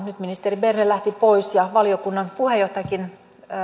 nyt ministeri berner lähti pois ja valiokunnan puheenjohtajakin